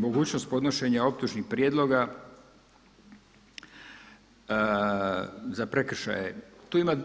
Mogućnost podnošenja optužnih prijedloga za prekršaje, tu ima